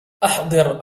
أحضر